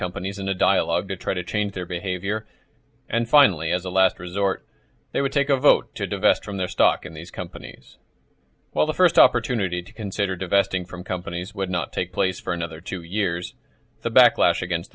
companies in a dialogue to try to change their behavior and finally as a last resort they would take a vote to divest from their stock in these companies while the first opportunity to consider divest in from companies would not take place for another two years the backlash against